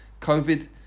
Covid